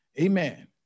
Amen